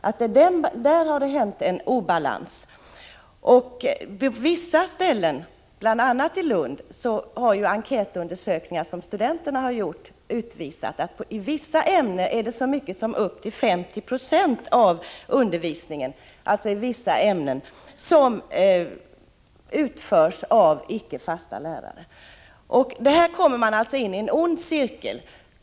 På några ställen, bl.a. i Lund, har enkätundersökningar gjorda av studenter utvisat att så mycket som 5076 av undervisningen i vissa ämnen utförs av icke fast anställda lärare. Här kommer man alltså in i en ond cirkel.